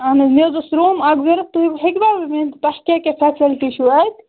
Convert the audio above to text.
اہَن حظ مےٚ حظ اوس روٗم اکھ ضروٗرت تُہۍ ہیٚکوا ؤنِتھ تۄہہِ کیٛاہ کیٛاہ فیسلٹی چھَو اَتہِ